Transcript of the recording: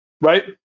Right